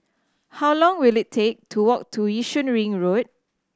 how long will it take to walk to Yishun Ring Road